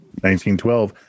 1912